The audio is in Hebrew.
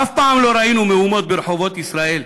אף פעם לא ראינו מהומות ברחובות ישראל.